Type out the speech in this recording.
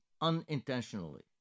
unintentionally